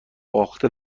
باخته